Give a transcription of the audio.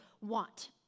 want